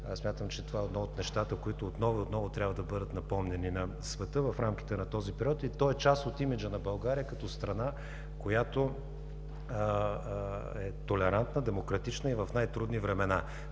Смятам, че това е едно от нещата, които отново и отново трябва да бъдат напомняни на света в рамките на този период, и то е част от имиджа на България като страна, която е толерантна, демократична и в най-трудни времена.